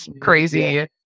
crazy